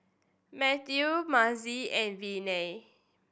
Mathew Mazie and Viney